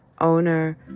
owner